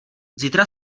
zítra